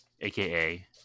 aka